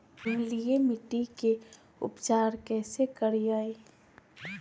अम्लीय मिट्टी के उपचार कैसे करियाय?